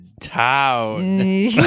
town